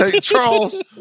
Charles